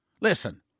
Listen